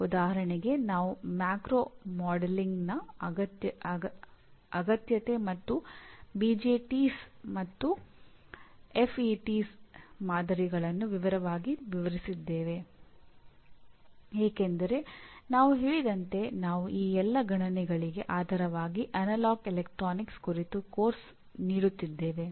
ಉದಾಹರಣೆಗೆ ನಾವು ಮ್ಯಾಕ್ರೋ ಮಾಡೆಲಿಂಗ್ನ ಅಗತ್ಯತೆ ಮತ್ತು ಬಿಜೆಟಿಗಳು ಮಾದರಿಗಳನ್ನು ವಿವರವಾಗಿ ವಿವರಿಸಿದ್ದೇವೆ ಏಕೆಂದರೆ ನಾವು ಹೇಳಿದಂತೆ ನಾವು ಈ ಎಲ್ಲಾ ಗಣನೆಗಳಿಗೆ ಆಧಾರವಾಗಿ ಅನಲಾಗ್ ಎಲೆಕ್ಟ್ರಾನಿಕ್ಸ್ ಕುರಿತು ಪಠ್ಯಕ್ರಮವನ್ನು ನೀಡುತ್ತಿದ್ದೇವೆ